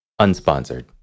unsponsored